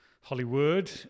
Hollywood